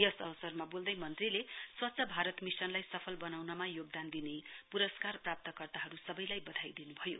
यस अवसरमा बोल्दै मन्त्रीले स्वच्छ भारत मिशनलाई सफल बनाउनमा योगदान दिने पुरस्कार प्राप्तकर्ता सबैलाई बदाई दिनुभयो